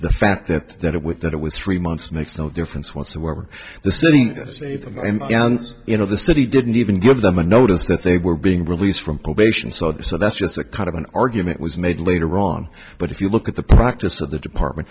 the fact that that it with that it was three months makes no difference whatsoever the city and you know the city didn't even give them a notice that they were being released from probation so that's just a kind of an argument was made later on but if you look at the practice of the department